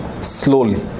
slowly